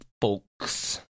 folks